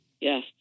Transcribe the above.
Yes